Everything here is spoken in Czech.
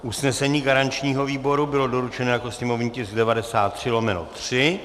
Usnesení garančního výboru bylo doručeno jako sněmovní tisk 93/3.